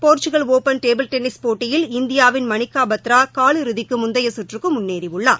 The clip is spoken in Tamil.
போர்ச்சுக்கல் ஒப்பன் டேபின் டென்னிஸ் போட்டியில் இந்தியாவின் மணிக்கா பத்ரா கால் இறுதிக்கு முந்தைய சுற்றுக்கு முன்னேறியுள்ளார்